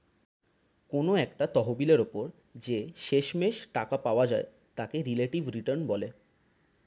কোনো একটা তহবিলের উপর যে শেষমেষ টাকা পাওয়া যায় তাকে রিলেটিভ রিটার্ন বলে